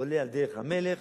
עולה על דרך המלך,